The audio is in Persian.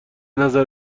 نظر